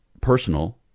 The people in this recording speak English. personal